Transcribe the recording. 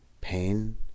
Pain